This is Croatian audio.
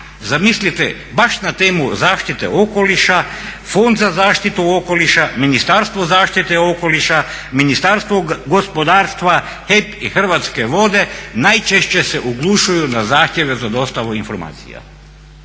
Zamislite, baš na temu zaštite okoliša, Fond za zaštitu okoliša, Ministarstvo zaštite okoliša, Ministarstvo gospodarstva, HEP i Hrvatske vode najčešće se oglušuju na zahtjeve za dostavu informacija.